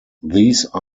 these